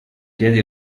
piedi